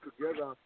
together